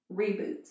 reboot